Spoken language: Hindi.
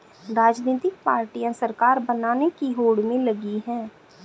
राजनीतिक पार्टियां सरकार बनाने की होड़ में लगी हैं